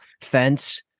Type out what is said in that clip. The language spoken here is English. fence